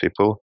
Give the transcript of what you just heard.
people